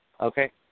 Okay